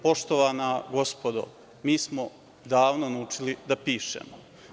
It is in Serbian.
Poštovana gospodo, mi smo davno naučili da pišemo.